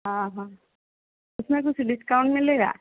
हाँ हाँ इसमें कुछ डिस्काउन्ट मिलेगा